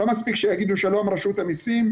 לא מספיק שיגידו 'שלום, רשות המסים',